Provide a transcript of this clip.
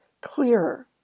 clearer